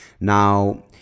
Now